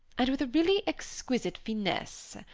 and with a really exquisite finesse.